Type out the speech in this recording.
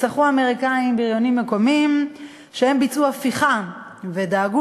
שכרו האמריקנים בריונים מקומיים שביצעו הפיכה ודאגו